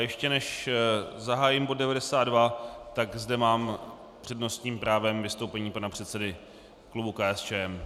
Ještě než zahájím bod 92, tak zde mám s přednostním právem vystoupení pana předsedy klubu KSČM.